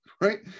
right